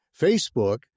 Facebook